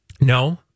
No